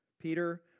Peter